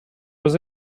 was